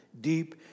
deep